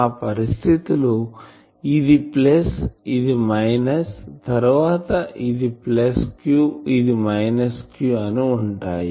ఆ పరిస్థితి లో ఇది ప్లస్ ఇది మైనస్తరువాత ఇది ప్లస్ q ఇది మైనస్q అని ఉంటాయి